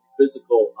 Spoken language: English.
physical